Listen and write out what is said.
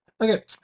okay